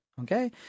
Okay